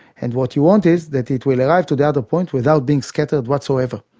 and what you want is that it will arrive to the other point without being scattered whatsoever.